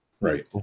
Right